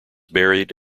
buried